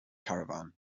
caravan